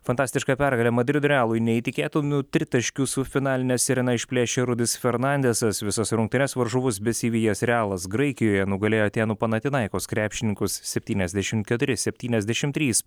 fantastišką pergalę madrido realui neįtikėtinų tritaškiu su finaline sirena išplėšė rudis fernandesas visas rungtynes varžovus besivijęs realas graikijoje nugalėjo atėnų panatinaikos krepšininkus septyniasdešim keturi septyniasdešim trys